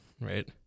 right